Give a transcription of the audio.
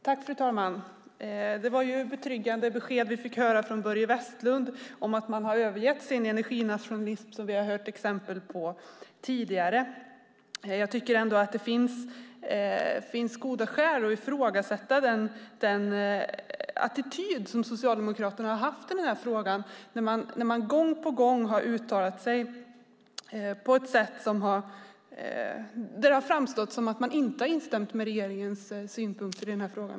Fru talman! Det var ett betryggande besked som vi fick från Börje Vestlund om att man har övergett sin energinationalism som vi har hört exempel på tidigare. Jag tycker ändå att det finns goda skäl att ifrågasätta den attityd som Socialdemokraterna har haft i denna fråga när de gång på gång har uttalat sig och det har framstått som att de inte har instämt i regeringens synpunkter i denna fråga.